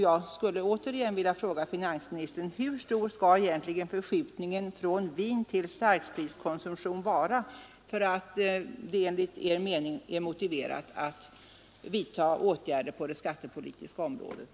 Jag skulle återigen vilja fråga finansministern hur stor förskjutningen från vintill starkspritskonsumtion egentligen skall vara för att det enligt finansministerns mening skall bli motiverat att vidta åtgärder på det skattepolitiska området.